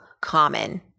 common